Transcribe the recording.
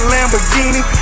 Lamborghini